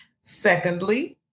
Secondly